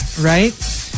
right